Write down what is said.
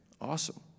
awesome